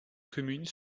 communes